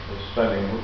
spending